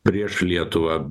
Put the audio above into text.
prieš lietuvą